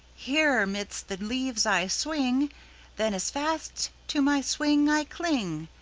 here, midst the leaves i swing then, as fast to my swing i cling,